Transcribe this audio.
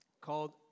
called